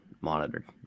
monitored